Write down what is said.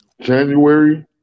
January